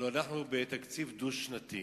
הלוא אנחנו בתקציב דו-שנתי,